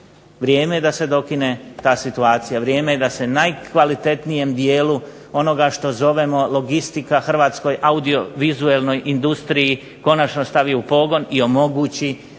Vrijeme je da se dokine ta situacija. Vrijeme je da se najkvalitetnijem dijelu onoga što zovemo logistika Hrvatskoj audio-vizualnoj industriji konačno stavi u pogon i omogući